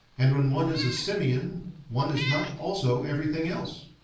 and when one is a simian one is not also everything else.